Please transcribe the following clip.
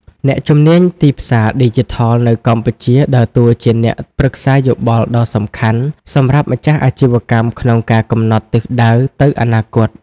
អ្នកជំនាញទីផ្សារឌីជីថលនៅកម្ពុជាដើរតួជាអ្នកប្រឹក្សាយោបល់ដ៏សំខាន់សម្រាប់ម្ចាស់អាជីវកម្មក្នុងការកំណត់ទិសដៅទៅអនាគត។